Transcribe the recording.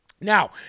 Now